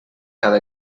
cada